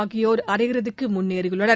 ஆகியோர் அரை இறுதிக்கு முன்னேறியுள்ளனர்